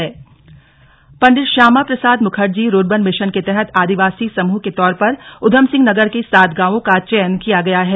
चयन Pandit Shyama Prasad Mukherjee rurban mission के तहत आदिवासी समूह के तौर पर ऊधमसिंह नगर के सात गांवों का चयन किया गया है